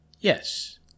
yes